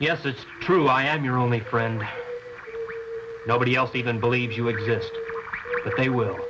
yes it's true i am your only friend nobody else even believe you exist that they will